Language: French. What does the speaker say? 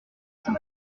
son